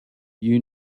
you